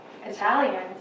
Italian